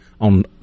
on